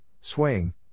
swaying